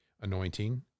Anointing